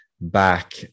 back